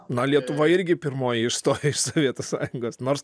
na lietuva irgi pirmoji išstojo iš sovietų sąjungos nors